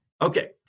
Okay